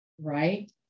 Right